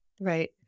Right